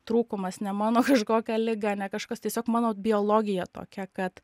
trūkumas ne mano kažkokia liga ne kažkas tiesiog mano biologija tokia kad